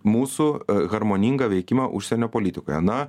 mūsų harmoningą veikimą užsienio politikoje na